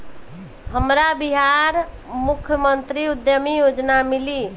हमरा बिहार मुख्यमंत्री उद्यमी योजना मिली?